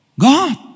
God